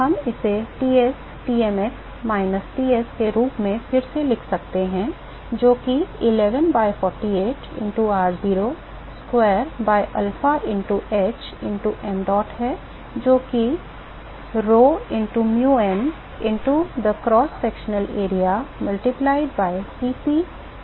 तो हम इसे Ts Tmx माइनस Ts के रूप में फिर से लिख सकते हैं जो कि 11 by 48 into r0 square by alpha into h into mdot है जो कि rho into um into the cross sectional area multiplied by Cp into Ts minus ™ है